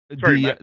sorry